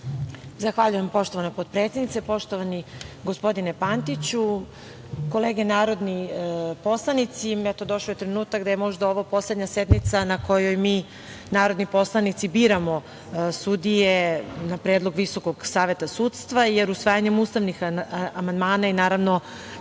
Zahvaljujem, poštovana potpredsednice. Poštovani gospodine Pantiću, kolege narodni poslanici, došao je trenutak da je možda ovo poslednja sednica na kojoj mi narodni poslanici biramo sudije na predlog Visokog saveta sudstva, jer usvajanjem ustavnih amandmana i